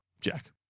Jack